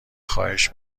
خواهش